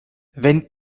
wenn